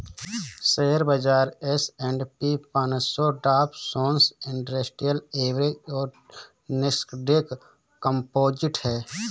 share बाजार S and P पनसो Dow Jones industrial average और नैस्डैक कंपोजिट है